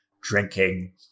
drinking